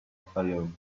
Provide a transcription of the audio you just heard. fayoum